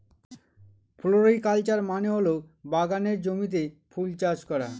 floriculture মানে হল বাগানের জমিতে ফুল চাষ করা